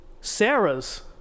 Sarah's